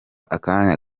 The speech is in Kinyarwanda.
akanya